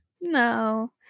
No